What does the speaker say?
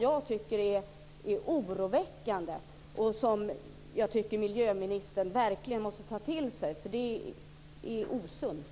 Jag tycker att det här oroväckande och att miljöministern verkligen måste ta det till sig, för det är osunt.